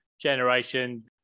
generation